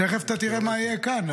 תכף אתה תראה מה יהיה כאן.